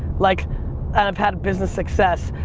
like and i've had business success.